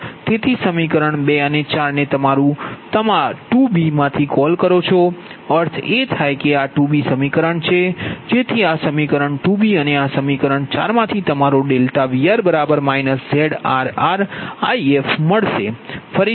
તેથી સમીકરણ 2 અને 4 ને તમે તમારા 2b માંથી કૉલ કરો છો અર્થ એ થાય કે આ 2b સમીકરણ છે જેથી આ સમીકરણ 2b અને આ સમીકરણ 4 માથી તમારો Vr ZrrIf મળશે